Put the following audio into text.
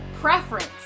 preference